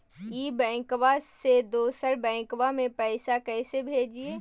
ई बैंकबा से दोसर बैंकबा में पैसा कैसे भेजिए?